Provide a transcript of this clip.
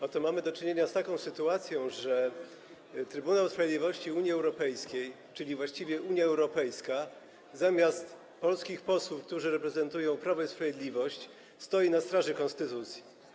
Oto mamy do czynienia z taką sytuacją, że Trybunał Sprawiedliwości Unii Europejskiej, czyli właściwie Unia Europejska, zamiast polskich posłów, którzy reprezentują Prawo i Sprawiedliwość, stoi na straży konstytucji.